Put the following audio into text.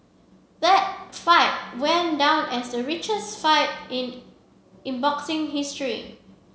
that fight went down as the richest fight in in boxing history